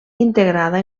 integrada